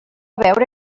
veure